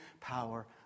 power